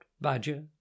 badger